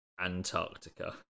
Antarctica